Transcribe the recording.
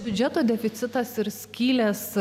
biudžeto deficitas ir skylės